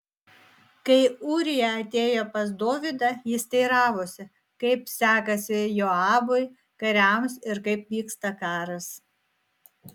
kai ūrija atėjo pas dovydą jis teiravosi kaip sekasi joabui kariams ir kaip vyksta karas